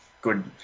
good –